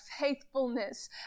faithfulness